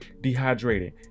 dehydrated